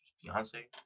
fiance